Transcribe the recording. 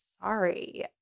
sorry